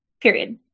period